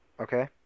okay